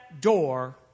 door